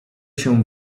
się